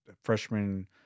freshman